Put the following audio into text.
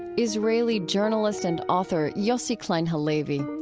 israeli journalist and author yossi klein halevi.